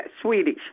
Swedish